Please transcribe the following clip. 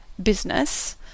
business